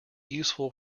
useful